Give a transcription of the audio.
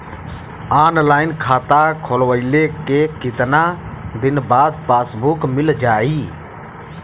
Online खाता खोलवईले के कितना दिन बाद पासबुक मील जाई?